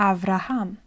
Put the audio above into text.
Avraham